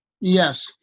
yes